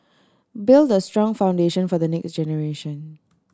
build the strong foundation for the next generation